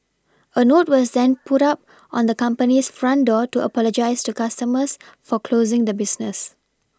a note was then put up on the company's front door to apologise to customers for closing the business